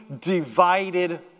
divided